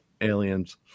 aliens